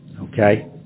Okay